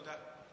תודה.